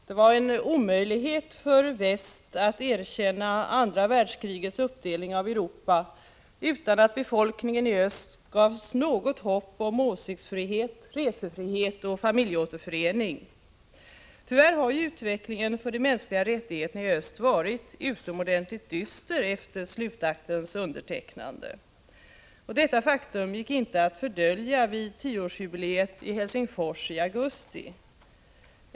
Det var en omöjlighet för väst att erkänna andra världskrigets uppdelning av Europa utan att befolkningen i öst gavs något hopp om åsiktsfrihet, resefrihet, familjeåterförening m.m. Tyvärr har ju utvecklingen för de mänskliga rättigheterna i öst varit utomordentligt dyster efter slutaktens undertecknande. Detta faktum gick inte att fördölja vid tioårsjubileet i Helsingfors i augusti.